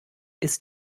ist